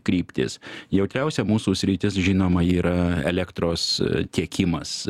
kryptis jautriausia mūsų sritis žinoma yra elektros tiekimas